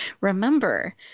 remember